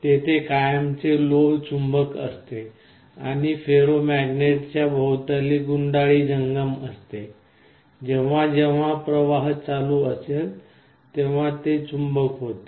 तेथे कायमचे लोहचुंबक असते आणि फेरोमॅग्नेटच्या भोवताली गुंडाळी जंगम असते जेव्हा जेव्हा प्रवाह चालू असेल तेव्हा हे चुंबक होते